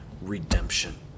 redemption